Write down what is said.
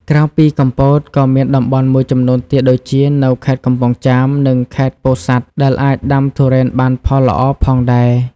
ក្រៅពីកំពត ក៏មានតំបន់មួយចំនួនទៀតដូចជានៅខេត្តកំពង់ចាម និងខេត្តពោធិ៍សាត់ ដែលអាចដាំទុរេនបានផលល្អផងដែរ។